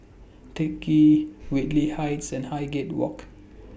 Teck Ghee Whitley Heights and Highgate Walk